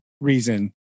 reason